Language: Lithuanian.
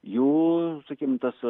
jų sakykim tas